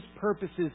purposes